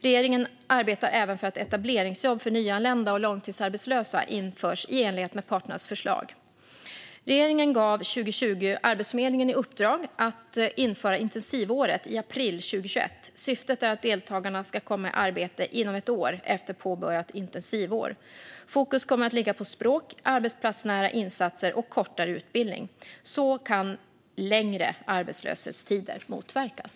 Regeringen arbetar även för att etableringsjobb för nyanlända och långtidsarbetslösa införs i enlighet med parternas förslag. Regeringen gav 2020 Arbetsförmedlingen i uppdrag att införa intensivåret i april 2021. Syftet är att deltagarna ska komma i arbete inom ett år efter påbörjat intensivår. Fokus kommer att ligga på språk, arbetsplatsnära insatser och kortare utbildning. Så kan längre arbetslöshetstider motverkas.